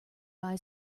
buy